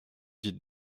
dites